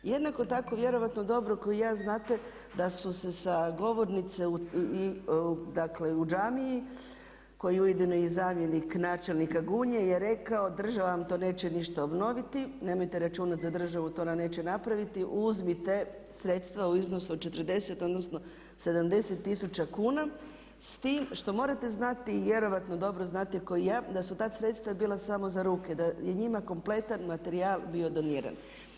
Jednako tako, vjerojatno dobro kao i ja znate da su se sa govornice u Đamiji koji je ujedno i zamjenik načelnika Gunje je rekao, država vam to neće ništa obnoviti, nemojte računati za državu, to ona neće napraviti, uzmite sredstva u iznosu od 40 odnosno 70 tisuća kuna s tim što morate znati i vjerojatno dobro znate kao i ja, da su ta sredstva bila samo za ruke, da je njima kompletan materijal bio doniran.